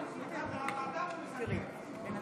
את ארבעתן הוא מסכם, לא?